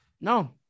no